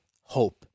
hope